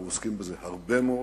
אנחנו עוסקים בזה הרבה מאוד.